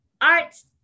arts